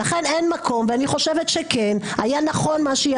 לכן אני חושבת שכן היה נכון מה שהיא